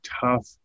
tough